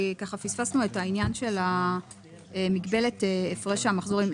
כי ככה פספסנו את העניין של מגבלת הפרש המחזורים.